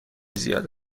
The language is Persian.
زیاد